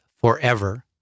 forever